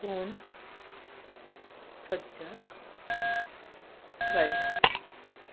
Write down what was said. कोण सद्याक गायता